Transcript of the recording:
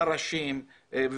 פרשים --- מכות.